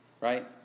right